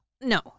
no